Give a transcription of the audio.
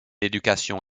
éducation